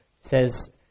says